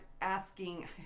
Asking